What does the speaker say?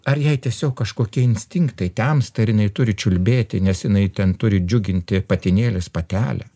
ar jai tiesiog kažkokie instinktai temsta ir jinai turi čiulbėti nes jinai ten turi džiuginti patinėlis patelę